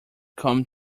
come